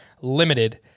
limited